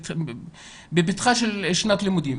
אנחנו בפתחה של שנת לימודים.